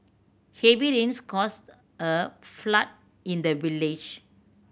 heavy rains caused a flood in the village